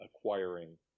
acquiring